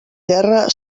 terra